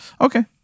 Okay